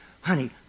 Honey